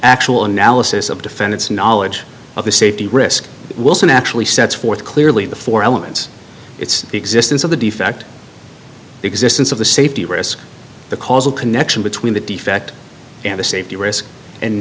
actual analysis of defend its knowledge of the safety risk wilson actually sets forth clearly the four elements it's the existence of the defect the existence of the safety risk the causal connection between the defect and a safety risk and